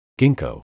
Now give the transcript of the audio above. Ginkgo